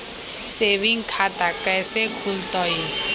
Saving खाता कैसे खुलतई?